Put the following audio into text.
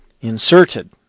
inserted